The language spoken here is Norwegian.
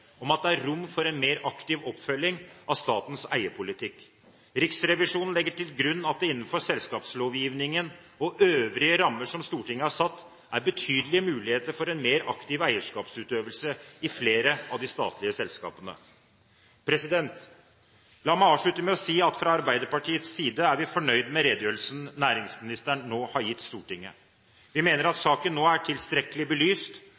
om at det er rom for en mer aktiv oppfølging av statens eierpolitikk. Riksrevisjonen legger til grunn at det innenfor selskapslovgivningen og øvrige rammer som Stortinget har satt, er betydelige muligheter for en mer aktiv eierskapsutøvelse i flere av de statlige selskapene. La meg avslutte med å si at fra Arbeiderpartiets side er vi fornøyd med redegjørelsen næringsministeren nå har gitt Stortinget. Vi mener at saken er tilstrekkelig belyst,